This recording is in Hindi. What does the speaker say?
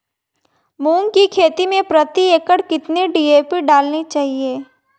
मूंग की खेती में प्रति एकड़ कितनी डी.ए.पी डालनी चाहिए?